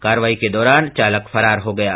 कार्रवाई के दौरान चालक फरार हो गया है